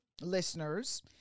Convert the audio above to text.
listeners